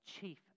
chief